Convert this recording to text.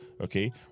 Okay